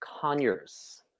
Conyers